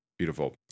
Beautiful